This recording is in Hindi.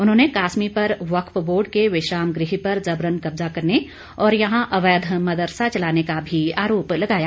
उन्होंने कासमी पर वर्क्फ बोर्ड के विश्राम गृह पर जबरन कब्जा करने और यहां अवैध मदरसा चलाने का भी आरोप लगाया